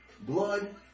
Blood